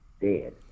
Dead